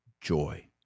joy